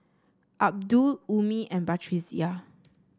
Abdul Ummi and Batrisya